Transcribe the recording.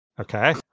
Okay